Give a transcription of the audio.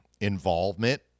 involvement